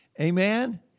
Amen